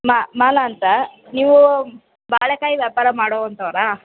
ಮ ಮಾಲಾ ಅಂತ ನೀವು ಬಾಳೆಕಾಯಿ ವ್ಯಾಪಾರ ಮಾಡೋ ಅಂಥವ್ರಾ ಓ ನಾ